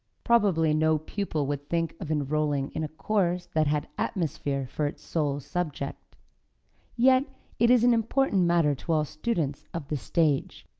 probably no pupil would think of enrolling in a course that had atmosphere for its sole subject yet it is an important matter to all students of the stage,